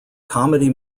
comedy